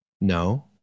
No